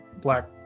black